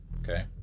Okay